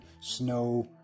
snow